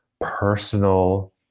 personal